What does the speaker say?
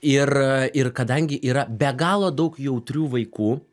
ir ir kadangi yra be galo daug jautrių vaikų